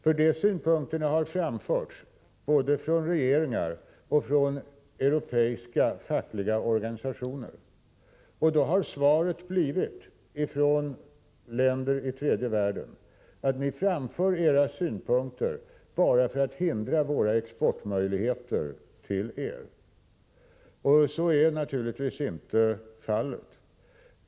De här synpunkterna har nämligen framförts både från regeringar och från europeiska fackliga organisationer, och då har svaret från länder i tredje världen blivit: Ni framför era synpunkter bara för att hindra oss från att få möjligheter att exportera till er. Så är naturligtvis inte fallet.